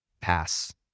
pass